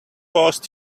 post